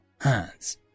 hands